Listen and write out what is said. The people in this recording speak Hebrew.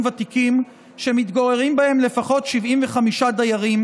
ותיקים שמתגוררים בהם לפחות 75 דיירים,